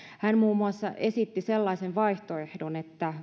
hän muun muassa esitti sellaisen vaihtoehdon että